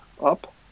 up